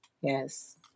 Yes